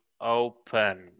open